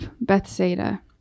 Bethsaida